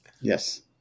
Yes